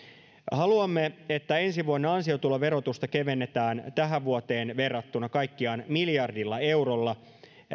haluamme että ensi vuonna ansiotuloverotusta kevennetään tähän vuoteen verrattuna kaikkiaan miljardilla eurolla